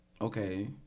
okay